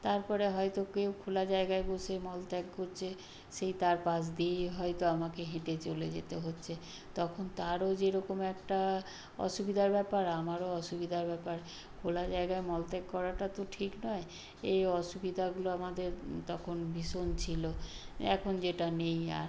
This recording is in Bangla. তারপরে হয়তো কেউ খোলা জায়গায় বসে মল ত্যাগ করছে সেই তার পাশ দিয়েই হয়তো আমাকে হেঁটে চলে যেতে হচ্ছে তখন তারও যেরকম একটা অসুবিধার ব্যাপার আমারও অসুবিধার ব্যাপার খোলা জায়গায় মল ত্যাগ করাটা তো ঠিক নয় এই অসুবিদাগুলো আমাদের তখন ভীষণ ছিলো এখন যেটা নেই আর